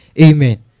Amen